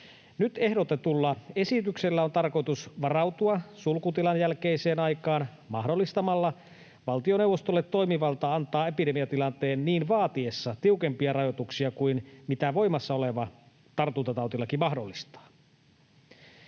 Nyt ehdotetulla esityksellä on tarkoitus varautua sulkutilan jälkeiseen aikaan mahdollistamalla valtioneuvostolle toimivalta antaa epidemiatilanteen niin vaatiessa tiukempia rajoituksia kuin mitä voimassa oleva tartuntatautilaki mahdollistaa.